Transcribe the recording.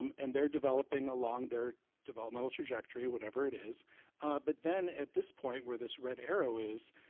um and their developing along their developmental trajectory, whatever it is but then at this point where this red arrow is,